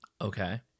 Okay